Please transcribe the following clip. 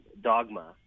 dogma